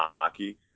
hockey